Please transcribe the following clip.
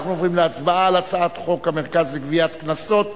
אנחנו עוברים להצבעה על הצעת חוק המרכז לגביית קנסות,